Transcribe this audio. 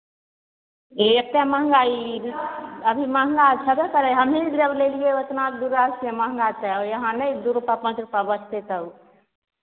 ई एतेक महङ्गा ई अभी महङ्गा छेबै करै हमहीँ जब लैलियै उतना दूरासँ महङ्गा तऽ आओर यहाँ नहि दू रुपैआ पाँच रुपैआ बचतै तब